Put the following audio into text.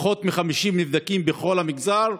פחות מ-50 נבדקים בכל המגזר,